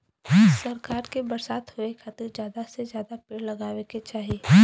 सरकार के बरसात होए के खातिर जादा से जादा पेड़ लगावे के चाही